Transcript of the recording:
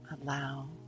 Allow